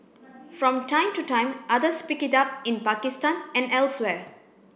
from time to time others pick it up in Pakistan and elsewhere